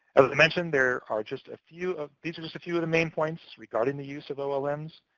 mentioned, there are just a few of these are just a few of the main points regarding the use of olm's.